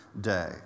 day